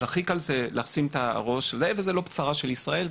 אז הכי קל זה לשים את הראש ולהגיד שזו לא צרה של ישראל,